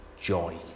joy